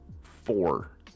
four